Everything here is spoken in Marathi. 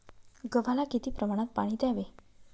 गव्हाला किती प्रमाणात पाणी द्यावे?